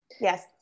yes